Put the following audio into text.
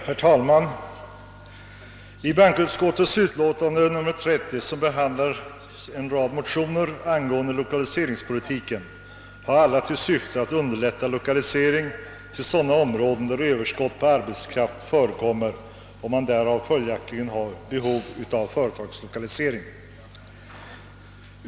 Herr talman! I bankoutskottets utlåtande nr 30 behandlas en rad motioner angående <lokaliseringspolitiken, som alla har till syfte att underlätta lokalisering till sådana områden där Ööverskott på arbetskraft finns och där man följaktligen har behov av företagslokalisering.